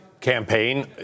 campaign